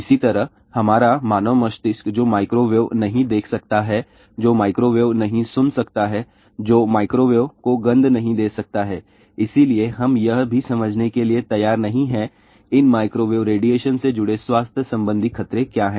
इसी तरह हमारा मानव मस्तिष्क जो माइक्रोवेव नहीं देख सकता है जो माइक्रोवेव नहीं सुन सकता है जो माइक्रोवेव को गंध नहीं दे सकता है इसलिए हम यह भी समझने के लिए तैयार नहीं हैं इन माइक्रोवेव रेडिएशन से जुड़े स्वास्थ्य संबंधी खतरे क्या हैं